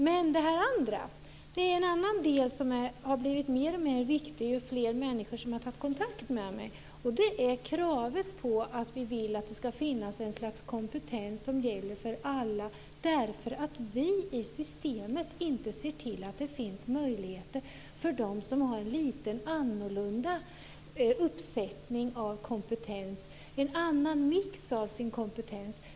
Men det är en annan del som har blivit mer och mer viktig ju fler människor som har tagit kontakt med mig, och det handlar om kravet på att det ska finnas ett slags kompetens som gäller för alla därför att vi i systemet inte ser till att det finns möjligheter för dem som har en lite annorlunda uppsättning av kompetens, en annan mix av kompetens.